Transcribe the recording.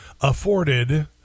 afforded